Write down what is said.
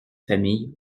famille